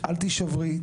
אל תשברי,